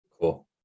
Cool